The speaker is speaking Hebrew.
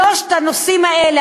שלושת הנושאים האלה,